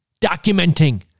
Documenting